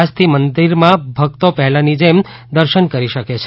આજથી મંદિરમાં ભક્તો પહેલાની જેમ જ દર્શન કરી શકશે